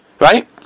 Right